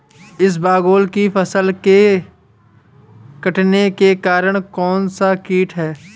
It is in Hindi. इसबगोल की फसल के कटने का कारण कौनसा कीट है?